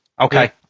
Okay